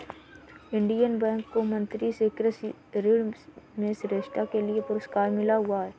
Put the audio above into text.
Indian bank को मंत्री से कृषि ऋण में श्रेष्ठता के लिए पुरस्कार मिला हुआ हैं